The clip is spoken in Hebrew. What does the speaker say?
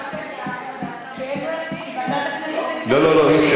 שתקבע ועדת הכנסת נתקבלה.